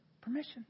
permission